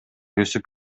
өсүп